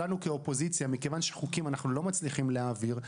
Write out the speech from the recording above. מכיוון שחוקים אנחנו לא מצליחים להעביר,